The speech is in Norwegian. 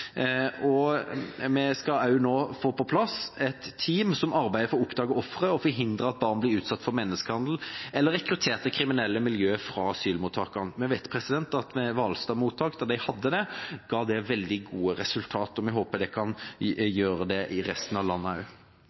Vi skal nå også få på plass et team som arbeider for å oppdage ofre og forhindre at barn blir utsatt for menneskehandel eller rekruttert til kriminelle miljøer fra asylmottak. Vi vet at da Hvalstad mottak hadde det, ga det veldig gode resultater. Vi håper det kan gjøre det i resten av landet